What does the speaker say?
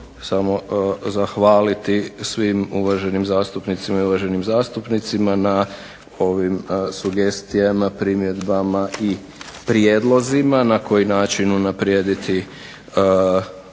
samo zahvaliti svim uvaženim zastupnicama i uvaženim zastupnicima na ovim sugestijama, primjedbama i prijedlozima na koji način unaprijediti ovaj